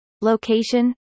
location